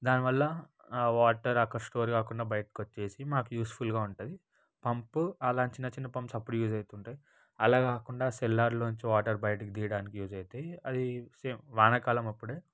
దాని వల్ల ఆ వాటర్ అక్కడ స్టోర్ కాకుండా బయటకు వచ్చేసి మాకు యూజ్ఫుల్గా ఉంటుంది పంప్ అలా చిన్న చిన్న పంప్స్ అప్పడు యూజ్ అవుతూ ఉంటాయి ఆలా కాకుండా సెల్లార్ నుంచి వాటర్ బయటికి తీయడానికి యూజ్ అవుతాయి అవి సేమ్ వానాకాలం అప్పుడే